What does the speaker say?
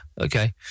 Okay